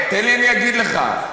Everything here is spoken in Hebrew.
תן לי, אני אגיד לך.